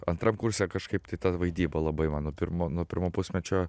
antram kurse kažkaip tai ta vaidyba labai man nuo pirmo pirmo pusmečio